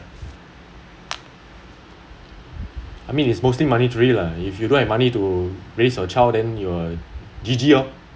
alright alright I mean is mostly monetary lah if you don't have money to raise your child then you're G_G lor